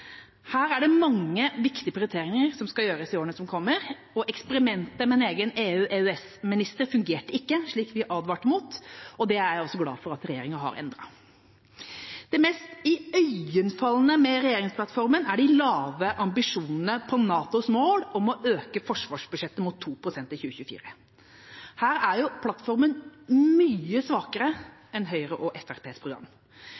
Her er det mange viktige prioriteringer som skal gjøres i årene som kommer, og eksperimentet med en egen EU/EØS-minister fungerte ikke, slik som vi advarte mot, og jeg er glad for at regjeringa har endret på det. Det mest iøynefallende med regjeringsplattformen er de lave ambisjonene knyttet til NATOs mål om å øke forsvarsbudsjettet til 2 pst. i 2024. Her er plattformen mye